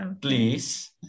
please